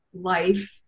life